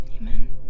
Amen